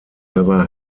never